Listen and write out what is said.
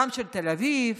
גם של תל אביב,